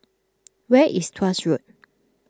where is Tuas Road